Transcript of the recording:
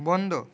বন্ধ